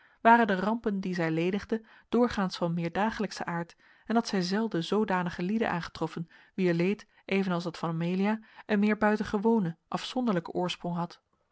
waren de rampen die zij lenigde doorgaans van meer dagelijkschen aard en had zij zelden zoodanige lieden aangetroffen wier leed evenals dat van amelia een meer buitengewonen afzonderlijken oorsprong had